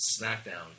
SmackDown